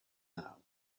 now